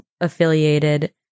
affiliated